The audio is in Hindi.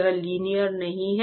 यह लीनियर नहीं है